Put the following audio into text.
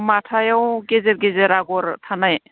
माथायाव गेजेर गेजेर आगर थानाय